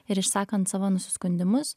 ir išsakant savo nusiskundimus